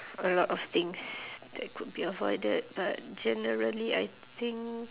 a lot of things that could be avoided but generally I think